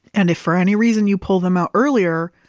and if for any reason you pull them out earlier,